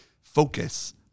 focus